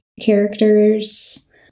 characters